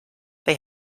they